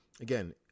again